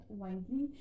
widely